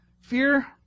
Fear